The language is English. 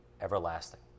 everlasting